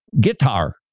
Guitar